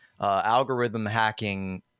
algorithm-hacking